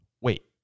Wait